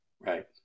Right